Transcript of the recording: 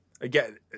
again